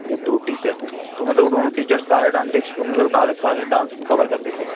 अच्छा दो टीचर्स है तो मतलब वह दोनों टीचर्स सारे डांटिस्ट को मतलब डाल सारे डान्स को कवर कर देते हैं